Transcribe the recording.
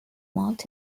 marked